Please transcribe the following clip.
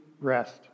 rest